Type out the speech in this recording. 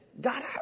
God